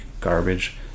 garbage